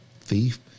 thief